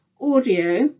audio